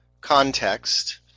context